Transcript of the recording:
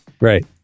right